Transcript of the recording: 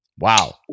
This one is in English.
wow